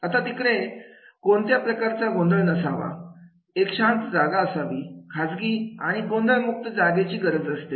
आता तिकडे कोणत्याही प्रकारचा गोंधळ नसावा एक शांत जागा असावी खाजगी आणि गोंधळ मुक्त जागेची गरज असते